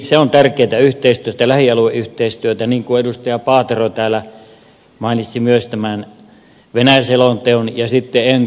se on tärkeätä yhteistyötä lähialueyhteistyötä niin kuin edustaja paatero mainitsi myös tämän venäjä selonteon ja enpi hankkeen